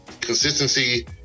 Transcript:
consistency